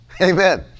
Amen